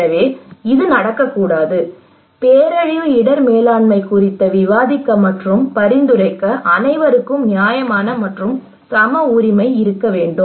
எனவே அது நடக்கக்கூடாது பேரழிவு இடர் மேலாண்மை குறித்து விவாதிக்க மற்றும் பரிந்துரைக்க அனைவருக்கும் நியாயமான மற்றும் சம உரிமை இருக்க வேண்டும்